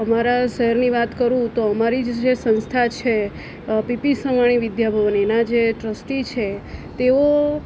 અમારા શહેરની વાત કરું તો અમારી જ જે સંસ્થા છે પીપી સવાણી વિદ્યાભવન એના જે ટ્રસ્ટી છે તેઓ